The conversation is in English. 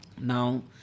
Now